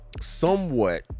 somewhat